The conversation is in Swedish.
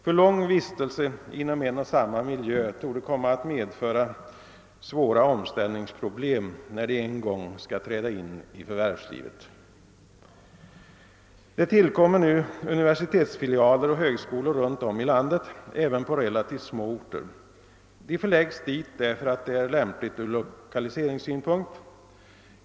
För lång vistelse inom en och samma miljö torde komma att medföra svåra omställningsproblem, när de en gång skall träda in i förvärvslivet. Det tillkommer nu universitetsfilialer och högskolor runt om i landet även på relativt små orter. De förläggs dit därför att det är lämpligt ur lokaliseringssynpunkt.